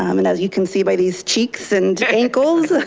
um and as you can see by these cheeks and ankles, ah